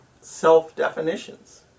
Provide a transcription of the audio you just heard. self-definitions